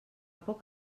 poc